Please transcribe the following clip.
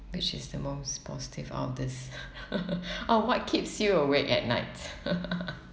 which is the most positive out of this orh what keeps you awake at night